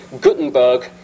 Gutenberg